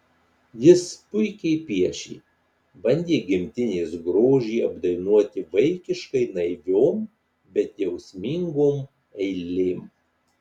jis puikiai piešė bandė gimtinės grožį apdainuoti vaikiškai naiviom bet jausmingom eilėm